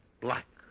Black